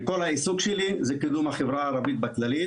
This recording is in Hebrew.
כל העיסוק שלי הוא קידום החברה הערבית בכללית,